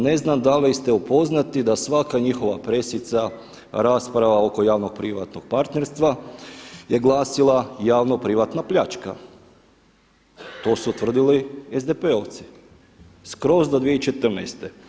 Ne znam da li ste upoznati da svaka njihova pressica rasprava oko javno privatnog partnerstva je glasila javno privatna pljačka, to su tvrdili SDP-ovci skroz do 2014.